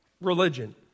religion